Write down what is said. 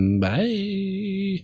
Bye